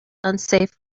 unsafe